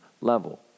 level